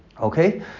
Okay